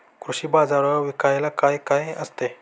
कृषी बाजारावर विकायला काय काय असते?